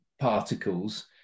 particles